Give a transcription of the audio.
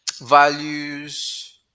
values